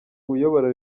uyobora